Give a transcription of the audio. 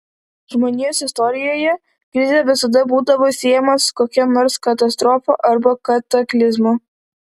žmonijos istorijoje krizė visada būdavo siejama su kokia nors katastrofa arba kataklizmu